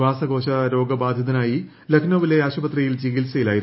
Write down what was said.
ശ്വാസകോശ രോഗബാധിതനായി ല്ക്നൌവിലെ ആശുപത്രിയിൽ ചികിത്സയിലായിരുന്നു